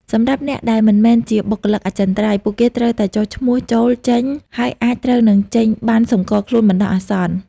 សម្រាប់អ្នកដែលមិនមែនជាបុគ្គលិកអចិន្ត្រៃយ៍ ពួកគេត្រូវតែចុះឈ្មោះចូល-ចេញ ហើយអាចនឹងត្រូវចេញបណ្ណសម្គាល់ខ្លួនបណ្ដោះអាសន្ន។